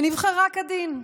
שנבחרה כדין,